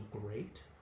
great